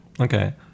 Okay